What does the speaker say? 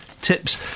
tips